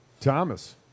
Thomas